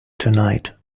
tonight